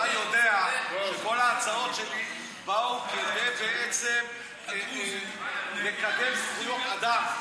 אתה יודע שכל ההצעות שלי באות בעצם כדי לקדם זכויות אדם.